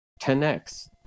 10x